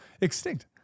extinct